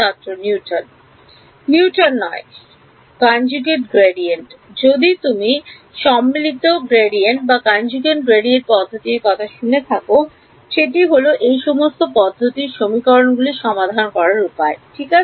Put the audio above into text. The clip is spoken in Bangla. ছাত্র নিউটন নিউটন নয় সম্মিলিত গ্রেডিয়েন্ট যদি তুমি সম্মিলিত গ্রেডিয়েন্ট পদ্ধতির কথা শুনে থাকো সেটা হল এই সমস্ত পদ্ধতির সমীকরণ গুলি সমাধান করার উপায় ঠিক আছে